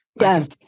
Yes